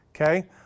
okay